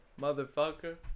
motherfucker